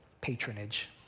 patronage